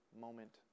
moment